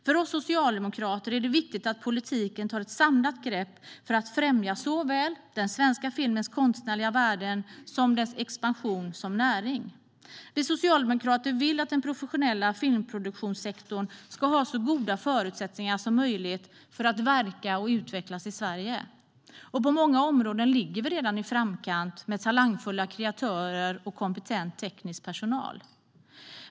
För oss socialdemokrater är det viktigt att politiken tar ett samlat grepp för att främja såväl den svenska filmens konstnärliga värden som dess expansion som näring. Vi socialdemokrater vill att den professionella filmproduktionssektorn ska ha så goda förutsättningar som möjligt för att verka och utvecklas i Sverige. På många områden ligger vi redan i framkant med talangfulla kreatörer och kompetent teknisk personal.